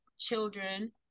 Children